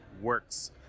works